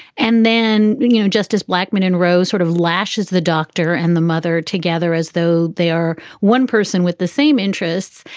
and then, you know, justice blackman and roe sort of lashes the doctor and the mother together as though they are one person with the same interests.